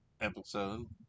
episode